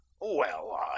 Well